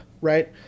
right